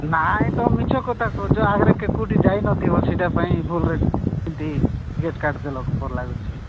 ନାଇଁ ତ ମିଛ କଥା କହୁଛ ଆଗରେ କେ କେଉଁଠି ଯାଇ ନଥିବ ସେଇଟା ପାଇଁ ଭୁଲ୍ରେ ଏମିତି ଟିକେଟ୍ କାଟ ଦେଲ କ'ଣ ଲାଗୁଛିି